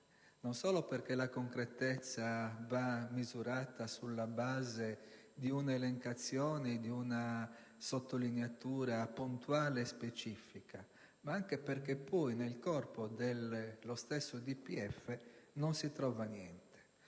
non solo perché la concretezza va misurata sulla base di un'elencazione e di una sottolineatura puntuale e specifica, ma anche perché poi nel corpo dello stesso DPEF non si trova niente.